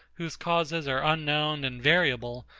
whose causes are unknown and variable,